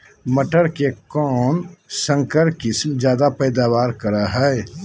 मटर के कौन संकर किस्म जायदा पैदावार करो है?